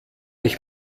ich